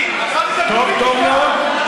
היא, אמרתי שאתם צבועים ומתחסדים, טוב מאוד.